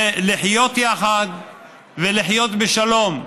לחיות יחד ולחיות בשלום,